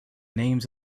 names